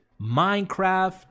Minecraft